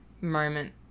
moment